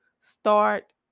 start